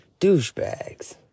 douchebags